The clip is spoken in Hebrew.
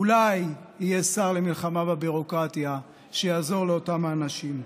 אולי יהיה שר למלחמה בביורוקרטיה שיעזור לאותם האנשים.